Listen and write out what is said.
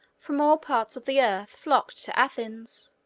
from all parts of the earth, flocked to athens,